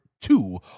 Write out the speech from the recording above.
two